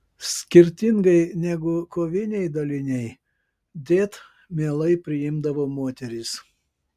skirtingai negu koviniai daliniai dėt mielai priimdavo moteris